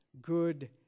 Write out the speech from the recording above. good